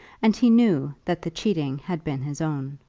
and he knew that the cheating had been his own.